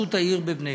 לראשות העיר בני-ברק.